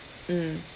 mm